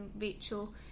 Rachel